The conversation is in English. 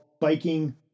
biking